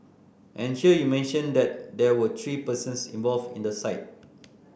and here you mention that there were three persons involved in the site